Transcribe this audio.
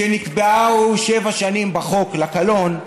כשנקבעו שבע שנים בחוק, לקלון,